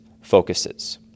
focuses